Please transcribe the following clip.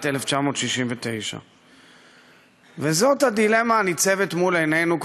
1969. וזאת הדילמה הניצבת מול עינינו.